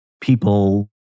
people